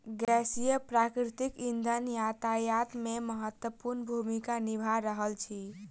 गैसीय प्राकृतिक इंधन यातायात मे महत्वपूर्ण भूमिका निभा रहल अछि